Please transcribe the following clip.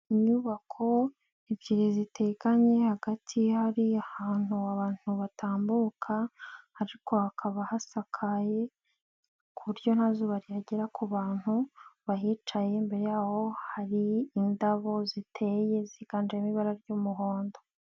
Inyubako ebyiri zitekanye hagati hari ahantu abantu batambuka ariko hakaba hasakaye ku buryo nta zuba ryagera ku bantu bahicaye, imbere yaho hari indabo ziteye ziganjemo ibara ry'umuhondo.